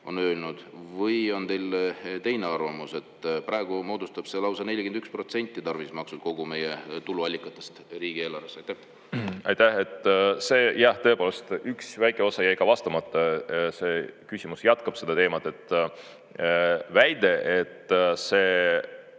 on öelnud, või on teil teine arvamus? Praegu moodustab see lausa 41%, tarbimismaksud kogu meie tuluallikatest riigieelarves? Aitäh! Jah, tõepoolest, üks väike osa jäi ka vastamata, see küsimus jätkab seda teemat. Väide, et see